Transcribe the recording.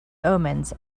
omens